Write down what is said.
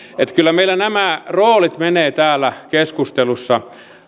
kyllä meillä nämä roolit menevät täällä keskustelussa